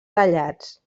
tallats